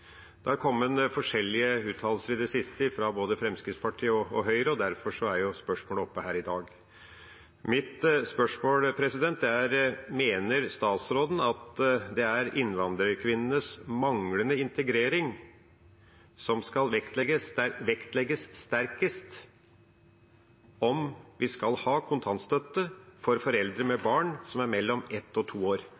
Det har kommet forskjellige uttalelser i det siste fra både Fremskrittspartiet og Høyre, og derfor er spørsmålet oppe her i dag. Mitt spørsmål er: Mener statsråden at det er innvandrerkvinnenes manglende integrering som skal vektlegges sterkest i spørsmålet om vi skal ha kontantstøtte for foreldre med